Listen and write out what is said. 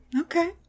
Okay